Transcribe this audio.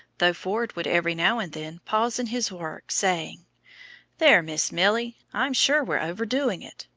though ford would every now and then pause in his work, saying there, miss milly, i'm sure we're overdoing it.